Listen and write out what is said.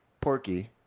Porky